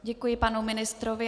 Děkuji panu ministrovi.